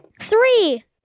Three